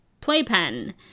playpen